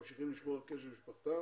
ממשיכים לשמור על קשר עם משפחתם